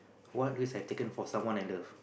what risk I've taken for someone I love